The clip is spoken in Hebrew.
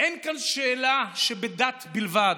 "אין כאן שאלה שבדת בלבד,